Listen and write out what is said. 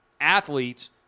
athletes